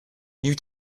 you